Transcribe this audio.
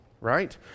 right